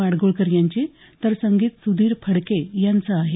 माडगूळकर यांची तर संगीत सुधीर फडके यांचं आहे